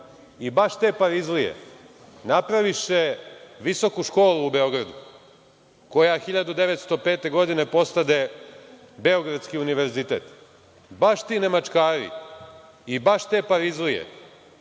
i baš te „parizlije“, napraviše visoku školu u Beogradu, koja 1905. godine postade Beogradski univerzitet. Baš ti „nemačkari“ i baš te „parizlije“